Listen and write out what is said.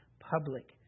public